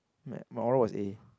my my oral was A